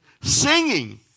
singing